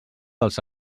dels